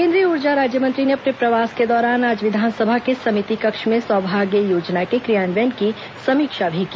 केंद्रीय ऊर्जा राज्यमंत्री ने अपने प्रवास के दौरान आज विधानसभा के समिति कक्ष में सौभाग्य योजना के क्रियान्वयन की समीक्षा भी की